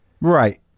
Right